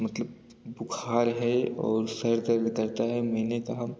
मतलब बुख़ार है और सर दर्द रहता है मैंने कहा